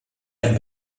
ein